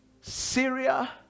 syria